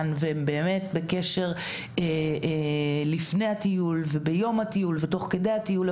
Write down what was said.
והם באמת בקשר לפני הטיול וביום הטיול ותוך כדי הטיול.